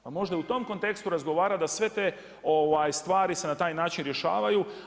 Pa možda u tom kontekstu razgovarati da sve te stvari se na taj način rješavaju.